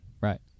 Right